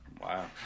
wow